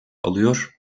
alıyor